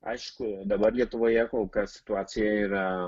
aišku dabar lietuvoje kol kas situacija yra